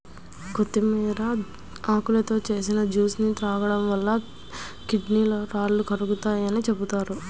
కొత్తిమీర ఆకులతో చేసిన జ్యూస్ ని తాగడం వలన కిడ్నీ రాళ్లు కరుగుతాయని చెబుతున్నారు